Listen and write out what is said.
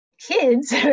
kids